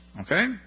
Okay